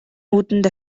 үүдэнд